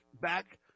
back